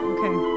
Okay